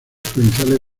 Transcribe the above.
provinciales